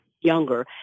younger